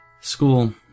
School